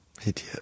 Idiot